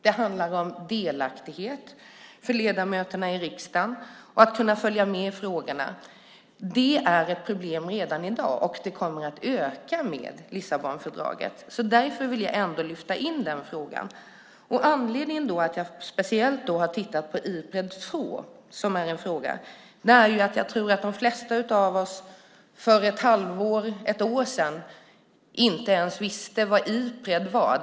Det handlar om delaktighet för ledamöterna i riksdagen och att kunna följa med i frågorna. Det är ett problem redan i dag, och det kommer att öka med Lissabonfördraget. Därför vill jag lyfta in den frågan. Anledningen till att jag speciellt har tittat på Ipred 2 är att jag tror att de flesta av oss för ett halvår eller ett år sedan inte ens visste vad Ipred var.